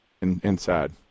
inside